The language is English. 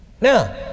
Now